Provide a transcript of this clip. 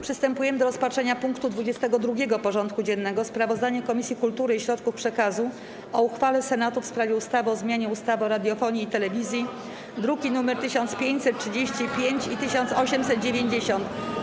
Przystępujemy do rozpatrzenia punktu 22. porządku dziennego: Sprawozdanie Komisji Kultury i Środków Przekazu o uchwale Senatu w sprawie ustawy o zmianie ustawy o radiofonii i telewizji (druki nr 1535 i 1890)